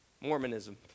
Mormonism